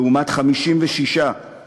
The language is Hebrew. לעומת 56 ב-2006,